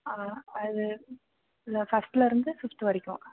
அது இல்லை ஃபர்ஸ்ட்லேருந்து ஃபிஃப்த்து வரைக்கும்